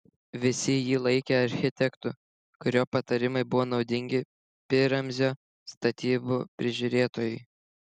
visi jį laikė architektu kurio patarimai buvo naudingi pi ramzio statybų prižiūrėtojui